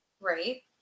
Right